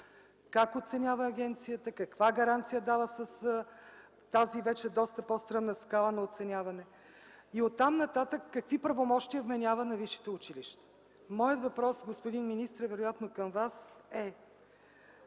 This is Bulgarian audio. Как оценява агенцията, каква гаранция дава с тази вече доста по-стръмна скала на оценяване? И оттам нататък – какви правомощия вменява на висшите училища? Моят въпрос, господин министре, вероятно към Вас.